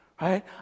Right